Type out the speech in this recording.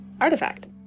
artifact